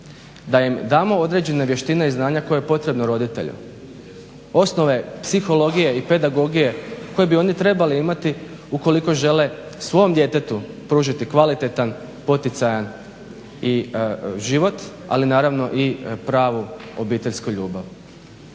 Da im damo određene vještine i znanja koje je potrebno roditeljima. Osnove psihologije i pedagogije koje bi oni trebali imati ukoliko žele svom djetetu pružiti kvalitetan, poticajan život, ali naravno i pravu obiteljsku ljubav.